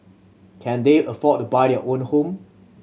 can they afford to buy their own home